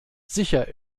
sicher